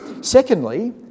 Secondly